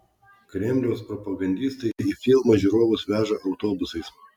kremliaus propagandistai į filmą žiūrovus veža autobusais